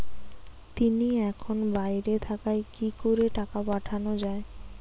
তিনি এখন বাইরে থাকায় কি করে টাকা পাঠানো য়ায়?